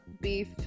beef